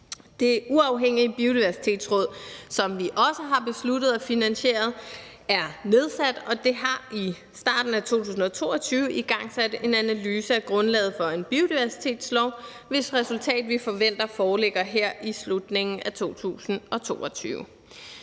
Det uafhængige Biodiversitetsråd, som vi også har besluttet og finansieret, er nedsat, og det har i starten af 2022 igangsat en analyse af grundlaget for en biodiversitetslov, hvis resultat vi forventer foreligger her i slutningen af 2022.